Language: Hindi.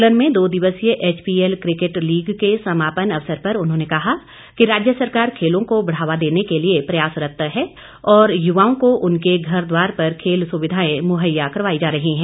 सोलन में दो दिवसीय एचपीएल क्रिकेट लीग के समापन अवसर पर उन्होंने कहा कि राज्य सरकार खेलों को बढ़ावा देने के लिए प्रयासरत है और युवाओं को उनके घर द्वार पर खेल सुविधाएं मुहैया करवाई जा रही है